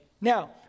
Now